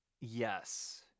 yes